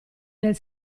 nel